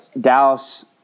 dallas